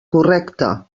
correcte